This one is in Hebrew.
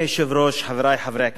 חברי חברי הכנסת,